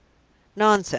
nonsense!